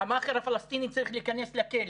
המאכר הפלסטיני צריך להיכנס לכלא,